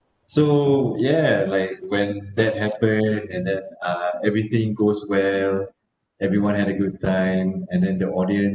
so ya like when that happened and that uh everything goes well everyone had a good time and then the audien~